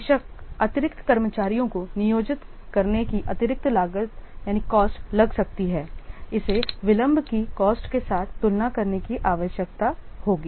बेशक अतिरिक्त कर्मचारियों को नियोजित करने की अतिरिक्तकॉस्ट लग सकती है इसे विलंब की कॉस्ट के साथ तुलना करने की आवश्यकता होगी